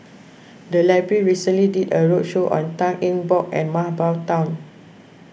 the library recently did a roadshow on Tan Eng Bock and Mah Bow Tan